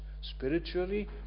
spiritually